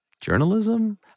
Journalism